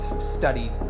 studied